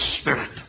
spirit